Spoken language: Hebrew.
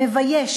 מבייש,